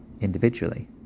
individually